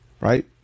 right